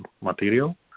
material